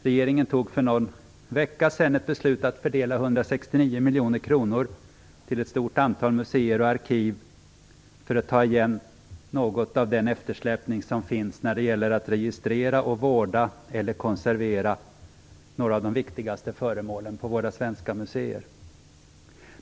Regeringen tog för någon vecka sedan ett beslut att fördela 169 miljoner kronor till ett stort antal museer och arkiv för att ta igen något av den eftersläpning som finns när det gäller att registrera och vårda eller konservera några av de viktigaste föremålen på våra svenska museer.